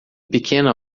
pequena